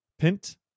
Pint